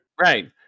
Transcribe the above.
Right